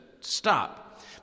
Stop